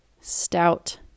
stout